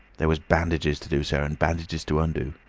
there was bandages to do, sir, and bandages to undo.